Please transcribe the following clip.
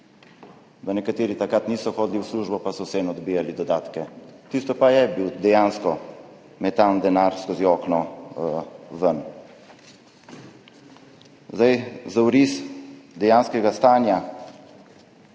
da nekateri takrat niso hodili v službo, pa so vseeno dobivali dodatke. Tisto pa je bilo dejansko metanje denarja skozi okno. Za oris dejanskega stanja